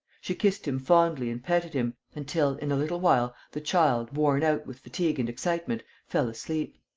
she kissed him fondly and petted him, until, in a little while, the child, worn out with fatigue and excitement, fell asleep.